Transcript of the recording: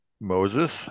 Moses